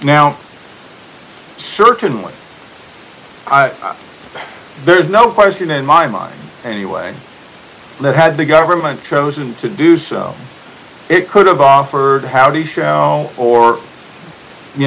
now certainly there's no question in my mind anyway let had the government chosen to do so it could have offered how do you or you